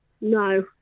No